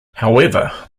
however